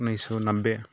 उनैस सओ नब्बे